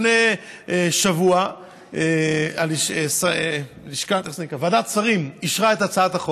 לפני שבוע ועדת שרים אישרה את הצעת החוק,